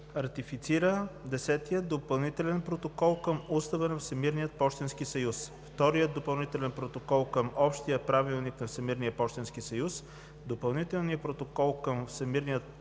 Десетия допълнителен протокол към Устава на Всемирния пощенски съюз, Втория допълнителен протокол към Общия правилник на Всемирния пощенски съюз, Допълнителния протокол към Всемирната